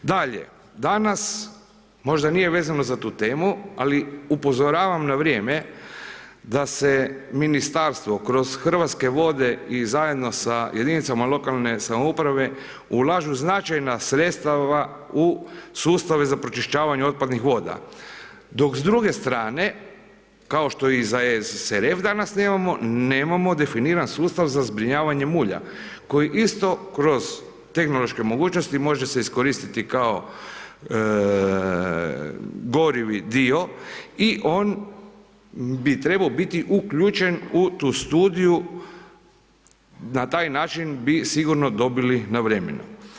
Dalje, danas možda nije vezano za tu temu, ali upozoravam na vrijeme, da se ministarstvo kroz Hrvatske vode i zajedno sa jedinicama lokalne samouprave ulažu značajna sredstva u sustave za pročišćavanje otpadnih voda, dok s druge strane, kao što i za SRF danas nemamo, nemamo definiran sustav za zbrinjavanje mulja koji isto kroz tehnološke mogućnosti može se iskoristiti kao gorivi dio i on bi trebao biti uključen u tu studiju na taj način bi sigurno dobili na vremenu.